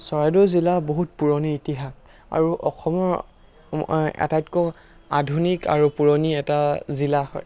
চৰাইদেউ জিলাৰ বহুত পুৰণি ইতিহাস আৰু অসমৰ আটাইতকৈ আধুনিক আৰু পুৰণি এটা জিলা হয়